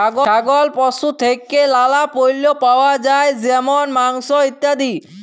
ছাগল পশু থেক্যে লালা পল্য পাওয়া যায় যেমল মাংস, ইত্যাদি